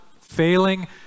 Failing